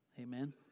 Amen